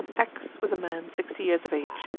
x was a man sixty years of age,